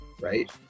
right